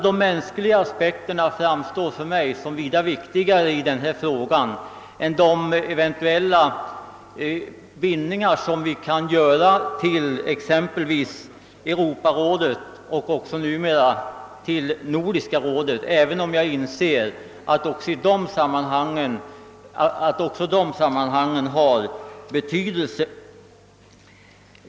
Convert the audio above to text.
De mänskliga aspekterna framstår alltså för mig som vida viktigare än de eventuella vinningar vi kan göra t.ex. i Europarådet och numera också i Nordiska rådet, även om jag inser att också de sammanhangen har betydelse.